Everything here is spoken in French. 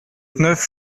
neuf